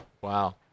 Wow